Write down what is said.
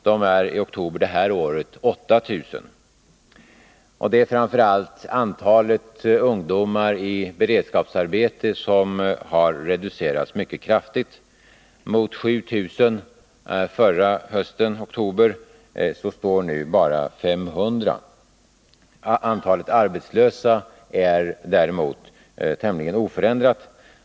De är i oktober den här hösten 8 000. Det är framför allt antalet ungdomar i beredskapsarbete som har reducerats mycket kraftigt: mot 7 000 förra hösten i oktober står nu bara 500. Antalet arbetslösa är däremot tämligen oförändrat.